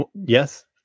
Yes